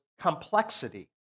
complexity